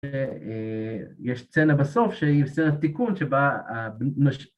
ויש צלע בסוף שהיא סרט תיקון שבה...